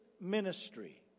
ministry